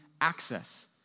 access